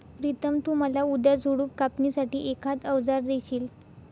प्रितम तु मला उद्या झुडप कापणी साठी एखाद अवजार देशील?